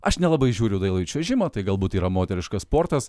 aš nelabai žiūriu dailųjį čiuožimą tai galbūt yra moteriškas sportas